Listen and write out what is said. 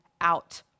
out